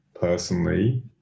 personally